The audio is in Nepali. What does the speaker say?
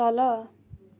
तल